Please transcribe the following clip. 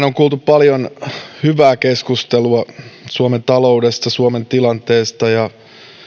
on kuultu paljon hyvää keskustelua suomen taloudesta suomen tilanteesta ja